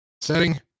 setting